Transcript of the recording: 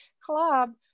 club